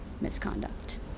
misconduct